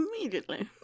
Immediately